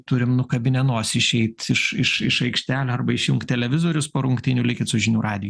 turim nukabinę nosį išeit iš iš iš aikštelių arba išjungt televizorius po rungtynių likit su žinių radiju